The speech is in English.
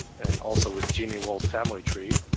and also with geni world family tree.